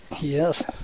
Yes